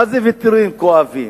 מה זה "ויתורים כואבים"?